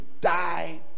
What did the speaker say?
die